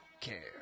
care